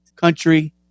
country